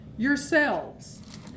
yourselves